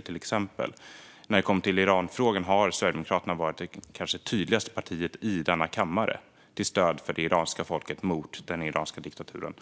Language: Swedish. till exempel IRGC. När det kommer till Iranfrågan har Sverigedemokraterna varit det kanske tydligaste partiet i denna kammare till stöd för det iranska folket mot den iranska diktaturen.